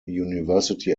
university